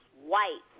white